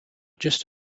just